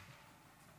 ממש.